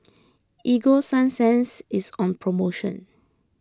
Ego Sunsense is on promotion